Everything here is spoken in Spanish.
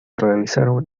realizaron